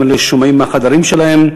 גם אלה ששומעים בחדרים שלהם,